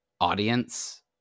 audience